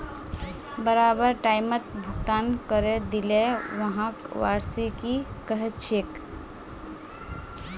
बराबर टाइमत भुगतान करे दिले व्हाक वार्षिकी कहछेक